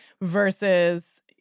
versus